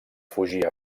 fugir